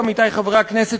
עמיתי חברי הכנסת,